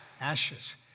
Ashes